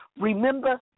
Remember